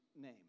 name